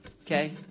Okay